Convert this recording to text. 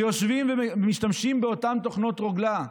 ומשתמשים באותן תוכנות רוגלה: